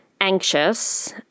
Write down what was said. anxious